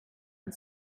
and